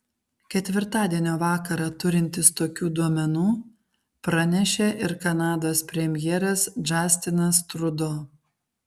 ketvirtadienio vakarą turintis tokių duomenų pranešė ir kanados premjeras džastinas trudo